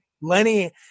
Lenny